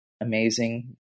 amazing